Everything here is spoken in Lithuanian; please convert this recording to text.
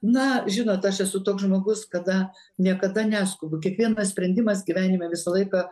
na žinot aš esu toks žmogus kada niekada neskubu kiekvienas sprendimas gyvenime visą laiką